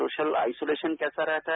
social isolation कैसा रहता है